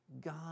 God